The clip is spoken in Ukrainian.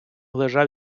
лежав